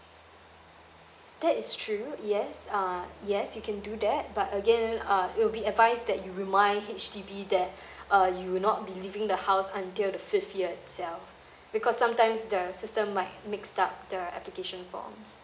that is true yes uh yes you can do that but again uh it'll be advised that you remind H_D_B that uh you'll not be leaving the house until the fifth year itself because sometimes the system might mixed up the application forms